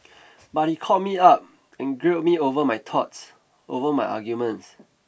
but he called me up and grilled me over my thoughts over my arguments